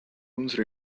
unsere